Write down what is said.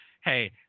hey